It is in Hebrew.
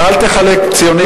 אז אל תחלק ציונים כרגע.